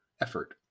effort